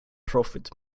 profit